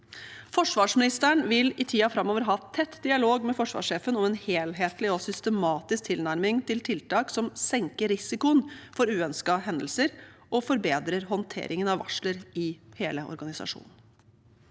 Forsvarsministeren vil i tiden framover ha tett dialog med forsvarssjefen om en helhetlig og systematisk tilnærming til tiltak som senker risikoen for uønskede hendelser og forbedrer håndteringen av varsler i hele organisasjonen.